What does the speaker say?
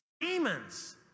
demons